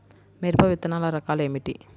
మిరప విత్తనాల రకాలు ఏమిటి?